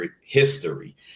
history